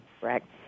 Correct